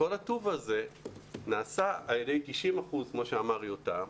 שכל הטוב הזה נעשה על ידי 90% כמו שאמר יותם,